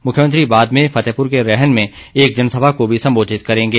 मुख्यमंत्री बाद में फतेहपुर के रेहन में एक जनसभा को भी सम्बोधित करेंगे